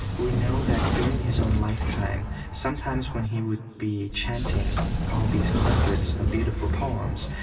we know that during his own lifetime, sometimes when he would be chanting all these hundreds of beautiful poems,